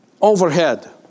overhead